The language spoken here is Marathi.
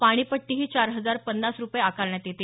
पाणीपट्टीही चार हजार पन्नास रूपये आकारण्यात येते